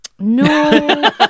No